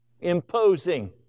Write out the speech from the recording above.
imposing